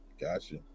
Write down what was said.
Gotcha